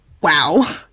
wow